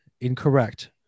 incorrect